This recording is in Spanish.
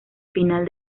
final